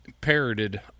parroted